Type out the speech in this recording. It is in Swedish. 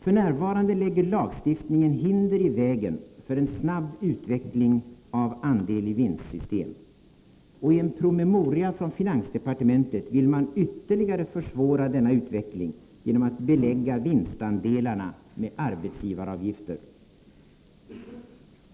F. n. lägger lagstiftningen hinder i vägen för en snabb utveckling av andel-i-vinstsystem. Och i en promemoria från finansdepartementet vill man ytterligare försvåra denna utveckling genom att belägga vinstandelarna med arbetsgivaravgifter.